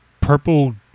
purple